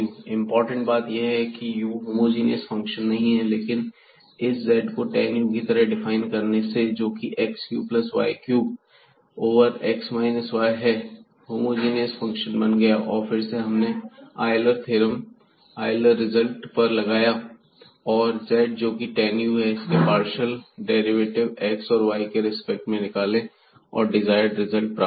important बात यह है की u होमोजीनियस फंक्शन नहीं है लेकिन इस z को tan u की तरह डिफाइन करने पर जोकि x cube plus y cube over x minus y है यह होमोजीनियस बन गया और फिर हमने आयलर रिजल्ट z पर लगाया और z जो कि tan u है हमने इसके पार्शियल डेरिवेटिव x और y के रिस्पेक्ट में निकालें और डिजायर्ड रिजल्ट प्राप्त किया